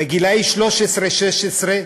בגיל 13 עד 16,